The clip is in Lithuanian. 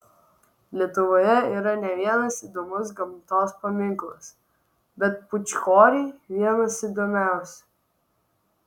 lietuvoje yra ne vienas įdomus gamtos paminklas bet pūčkoriai vienas įdomiausių